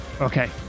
Okay